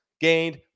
gained